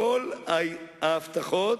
כל ההבטחות,